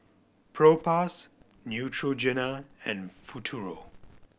Propass Neutrogena and Futuro